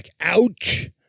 ouch